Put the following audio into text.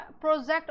project